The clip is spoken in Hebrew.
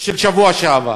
בשבוע שעבר,